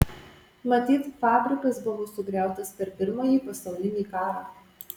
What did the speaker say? matyt fabrikas buvo sugriautas per pirmąjį pasaulinį karą